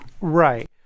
Right